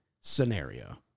scenario